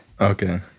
Okay